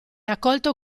accolto